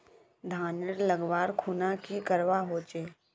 धानेर लगवार खुना की करवा होचे?